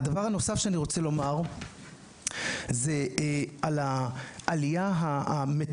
הדבר הנוסף שאני רוצה לומר הוא על העלייה המטורפת.